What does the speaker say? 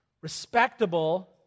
Respectable